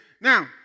Now